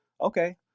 Okay